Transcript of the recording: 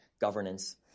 governance